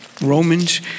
Romans